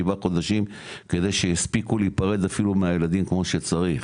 שבעה חודשים כדי שיספיקו להיפרד אפילו מהילדים כמו שצריך.